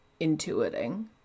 intuiting